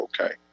Okay